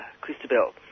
Christabel